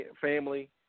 family